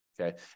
okay